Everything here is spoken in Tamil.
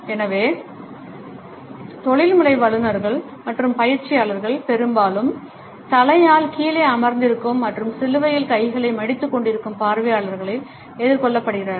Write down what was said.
எனவே தொழில்முறை வழங்குநர்கள் மற்றும் பயிற்சியாளர்கள் பெரும்பாலும் தலையால் கீழே அமர்ந்திருக்கும் மற்றும் சிலுவையில் கைகளை மடித்துக் கொண்டிருக்கும் பார்வையாளர்களால் எதிர்கொள்ளப்படுகிறார்கள்